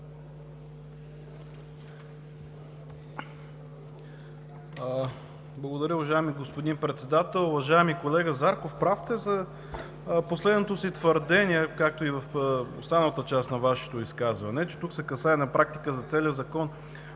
Благодаря. Уважаеми господин Председател! Уважаеми колега Зарков, прав сте за последното си твърдение, както и в останалата част на Вашето изказване, че тук на практика се касае за целия Закон.